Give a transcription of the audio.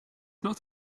not